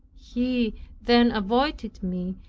he then avoided me,